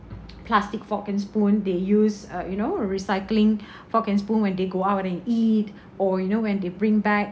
plastic fork and spoon they use uh you know a recycling fork and spoon when they go out and eat or you know when they bring back